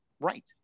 right